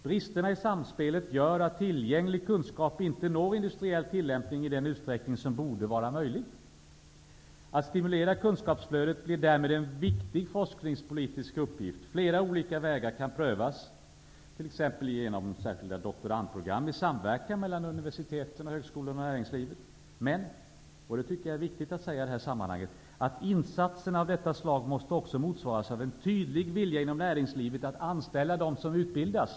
Bristerna i samspelet gör att tillgänglig kunskap inte når industriell tillämpning i den utsträckning som borde vara möjlig. Att stimulera kunskapsflödet blir därmed en viktig forskningspolitisk uppgift. Flera olika vägar kan prövas, t.ex. genom särskilda doktorandprogram i samverkan mellan universitet, högskolor och näringsliv. Men -- och det tycker jag är viktigt att säga i de här sammanhangen -- insatser av detta slag måste också motsvaras av en tydlig vilja inom näringslivet att anställa dem som utbildas.